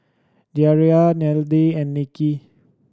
Deyanira and Nicky